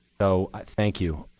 so i thank you.